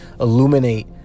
illuminate